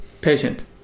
Patient